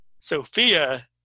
Sophia